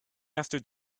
after